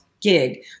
gig